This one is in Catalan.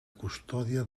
custòdia